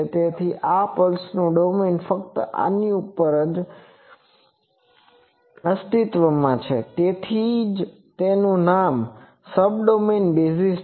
તેથી આ પલ્સનું ડોમેઈન ફક્ત આની ઉપર જ અસ્તિત્વમાં છે તેથી જ તેનુ નામ સબડોમેઇન બેઝીસ છે